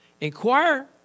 Inquire